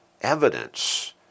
evidence